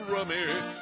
Rummy